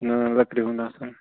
لٔکرِ ہُنٛد آسان